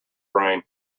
brain